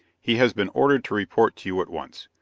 he has been ordered to report to you at once.